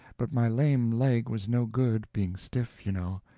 but my lame leg was no good, being stiff, you know,